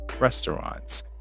restaurants